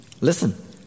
Listen